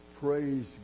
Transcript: praise